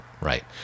right